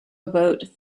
about